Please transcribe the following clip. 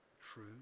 true